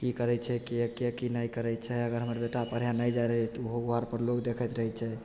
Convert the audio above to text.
की करय छैके के की नहि करय छै अगर हमर बेटा पढ़य नहि जाय रहय तऽ उहो घरपर लोग देखैत रहय छै